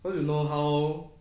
cause you know how